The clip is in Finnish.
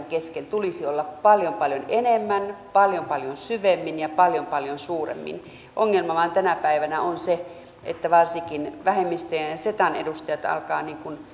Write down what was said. kesken tulisi olla paljon paljon enemmän paljon paljon syvemmin ja paljon paljon suuremmin ongelma vain tänä päivänä on se että varsinkin vähemmistöjen ja setan edustajat alkavat